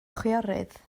chwiorydd